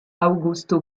augusto